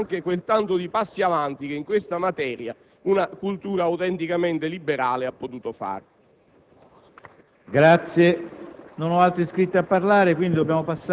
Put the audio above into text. non solo affondiamo la finanziaria, ma anche quel tanto di passi avanti che in questa materia una cultura autenticamente liberale ha potuto fare.